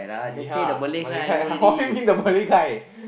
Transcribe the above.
ya Malay guy what you mean the Malay guy